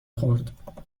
خورد